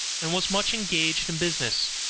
and was much engaged in business.